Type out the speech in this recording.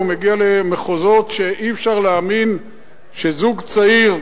זה מגיע למחוזות שאי-אפשר להאמין שזוג צעיר,